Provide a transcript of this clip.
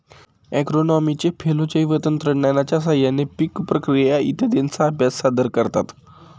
ॲग्रोनॉमीचे फेलो जैवतंत्रज्ञानाच्या साहाय्याने पीक प्रक्रिया इत्यादींचा अभ्यास सादर करतात